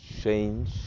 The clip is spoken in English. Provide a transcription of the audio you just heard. change